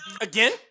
Again